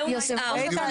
יושב ראש הוועדה.